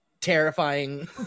terrifying